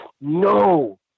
no